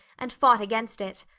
and fought against it.